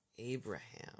Abraham